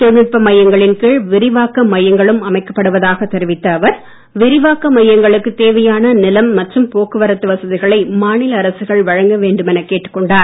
தொழில்நுட்ப மையங்களின் கீழ் விரிவாக்க மையங்களும் அமைக்கப்படுவதாக தெரிவித்த அவர் விரிவாக்க மையங்களுக்குத் தேவையான நிலம் மற்றும் போக்குவரத்து வசதிகளை மாநில அரசுகள் வழங்கவேண்டும் என கேட்டுக்கொண்டார்